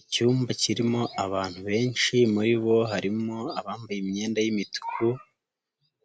Icyumba kirimo abantu benshi muri bo harimo abambaye imyenda y'imituku,